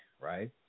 right